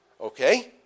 Okay